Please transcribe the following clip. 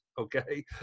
okay